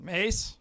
Mace